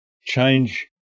change